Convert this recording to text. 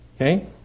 Okay